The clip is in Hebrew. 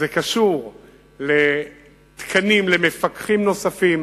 זה קשור לתקנים למפקחים נוספים